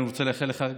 אני רוצה לאחל לך,